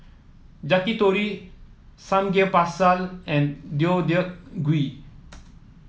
Yakitori Samgeyopsal and Deodeok Gui